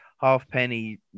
Halfpenny